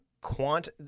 quant